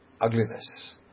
ugliness